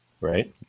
right